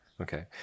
Okay